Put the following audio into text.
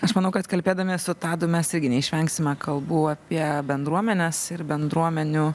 aš manau kad kalbėdami su tadu mes irgi neišvengsime kalbų apie bendruomenes ir bendruomenių